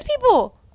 people